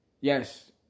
yes